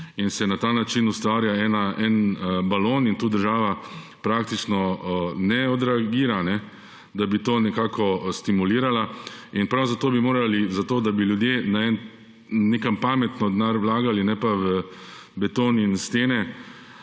in se na ta način ustvarja en balon in tu država praktično ne odreagira, da bi to nekako stimulirala. Prav zato bi morali, da bi ljudje nekam pametno denar vlagali ne pa v beton in stene,